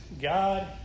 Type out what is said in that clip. God